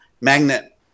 magnet